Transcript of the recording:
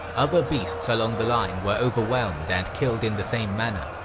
other beasts along the line were overwhelmed and killed in the same manner.